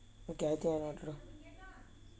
okay I think I write wrong